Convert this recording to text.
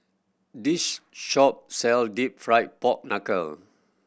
this shop sell Deep Fried Pork Knuckle